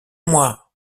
moi